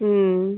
ம்